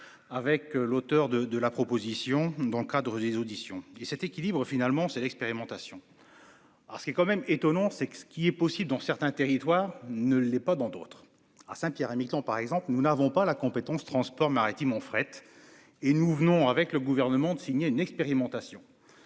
avec l'auteur de de la proposition, dans le cadre des auditions et cet équilibre, finalement c'est l'expérimentation. Alors ce qui est quand même étonnant, c'est que ce qui est possible dans certains territoires ne l'est pas dans d'autres à Saint-Pierre-et-Miquelon et Miquelon par exemple nous n'avons pas la compétence transport maritime en fret et nous venons avec le gouvernement de signer une expérimentation.